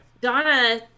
Donna